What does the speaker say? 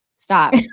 stop